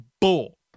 bull